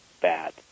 bad